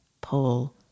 pull